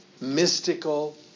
mystical